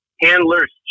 Handler's